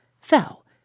fell